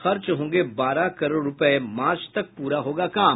खर्च होंगे बारह करोड़ रूपये मार्च तक पूरा होगा काम